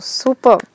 super